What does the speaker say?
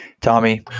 Tommy